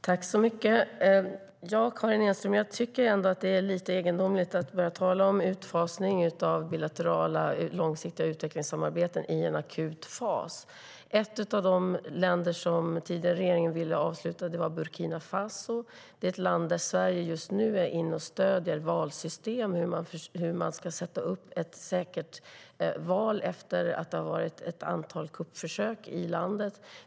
Herr talman! Jag tycker ändå, Karin Enström, att det är lite egendomligt att tala om utfasning av bilaterala, långsiktiga utvecklingssamarbeten i en akut fas. Ett av de länder som den tidigare regeringen ville avsluta engagemanget i var Burkina Faso. Det är ett land där Sverige just nu stöder valsystem. Det handlar om att man ska sätta upp ett säkert val efter ett antal kuppförsök i landet.